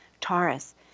Taurus